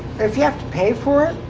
if you have to pay for it,